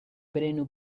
prenu